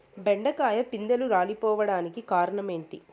బెండకాయ పిందెలు రాలిపోవడానికి కారణం ఏంటి?